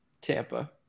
tampa